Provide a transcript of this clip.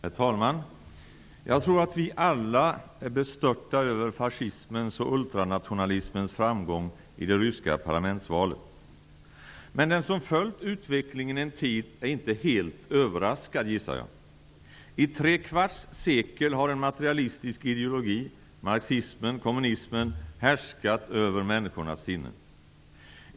Herr talman! Jag tror att vi alla är bestörta över fascismens och ultranationalismens framgång i det ryska parlamentsvalet. Men den som följt utvecklingen en tid är inte helt överraskad, gissar jag. I trekvarts sekel har en materialistisk ideologi -- marxismen, kommunismen -- härskat över människors sinnen.